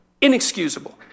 inexcusable